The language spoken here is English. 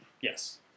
Yes